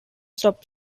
top